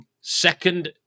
second